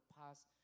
past